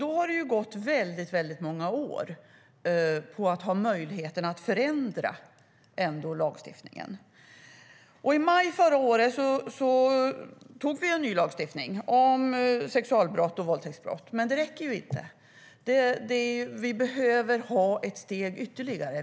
Man har haft väldigt många år på sig att förändra lagstiftningen. I maj förra året antog vi en ny lagstiftning om sexualbrott och våldtäktsbrott. Men det räcker inte; vi behöver ta ett steg ytterligare.